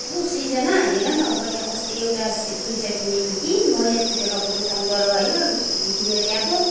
औ सृजना हेर न मैले अस्ति एउटा स्वेटर किनेको थिएँ कि नयाँ स्वेटर अब दोकानबाट होइन किनेर ल्याएको